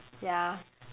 ya